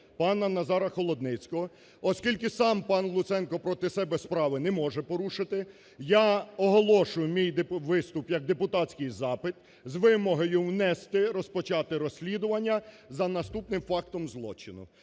пана Назара Холодницького, оскільки сам пан Луценко проти себе справи не може порушити, я оголошую мій виступ як депутатський запит з вимогою внести, розпочати розслідування за наступним фактом злочину.